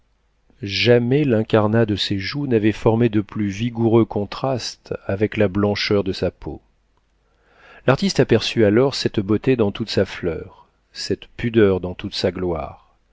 jamais l'incarnat de ses joues n'avait formé de plus vigoureux contrastes avec la blancheur de sa peau l'artiste aperçut alors cette beauté dans toute sa fleur cette pudeur dans toute sa gloire